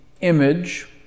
image